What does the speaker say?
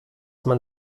man